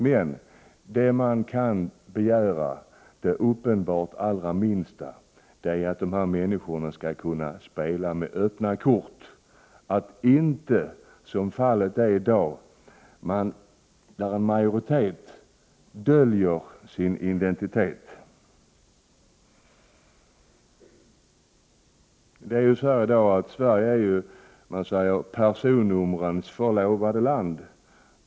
Det allra minsta man kan begära i det sammanhanget är uppenbarligen att dessa människor skall kunna spela med öppna kort och att inte, som fallet är i dag, en majoritet döljer sin identitet. Sverige är i dag, som man säger, personnumrens förlovade land.